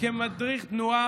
אבל בני עקיבא זאת תנועה